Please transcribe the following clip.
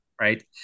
right